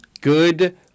good